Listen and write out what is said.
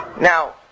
Now